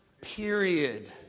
period